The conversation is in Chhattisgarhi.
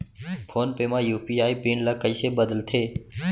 फोन पे म यू.पी.आई पिन ल कइसे बदलथे?